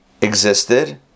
existed